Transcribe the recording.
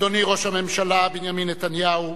אדוני ראש הממשלה בנימין נתניהו,